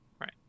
Right